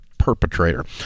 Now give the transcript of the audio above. Perpetrator